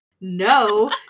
No